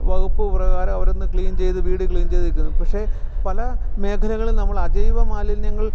വകുപ്പ് പ്രകാരം അവരൊന്ന് ക്ലീൻ ചെയ്ത് വീട് ക്ലീൻ ചെയ്ത് വെക്കുന്നു പക്ഷെ പല മേഖലകളിൽ നമ്മൾ അജൈവമാലിന്യങ്ങൾ